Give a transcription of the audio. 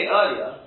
earlier